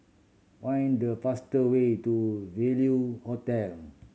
find the faster way to Value Hotel